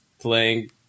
playing